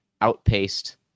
outpaced